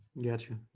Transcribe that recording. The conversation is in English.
gotcha.